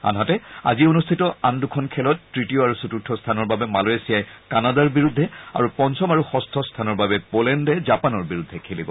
আনহাতে আজি অনুষ্ঠিত আন দুখন খেলত তৃতীয় আৰু চতুৰ্থ স্থানৰ বাবে মালয়েছিয়াই কানাডাৰ বিৰুদ্ধে আৰু পঞ্চম আৰু ষষ্ঠ স্থানৰ বাবে পোলেণ্ডে জাপানৰ বিৰুদ্ধে খেলিব